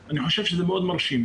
אני חושב שזה מאוד מרשים.